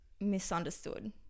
misunderstood